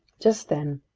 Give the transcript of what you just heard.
just then,